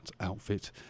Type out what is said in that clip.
outfit